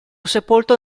sepolto